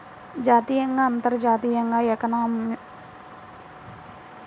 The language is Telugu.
జాతీయంగా, అంతర్జాతీయంగా ఎకానమీలో బ్యాంకింగ్ అనేది కూడా ఒక భాగమే